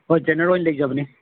ꯍꯣꯏ ꯇ꯭ꯔꯦꯅꯔ ꯑꯣꯏꯅ ꯂꯩꯖꯕꯅꯤ